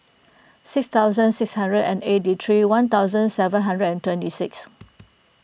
six thousand six hundred and eighty three one thousand seven hundred and twenty six